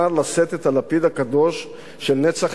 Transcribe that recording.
מי שנבחר לשאת את הלפיד הקדוש של נצח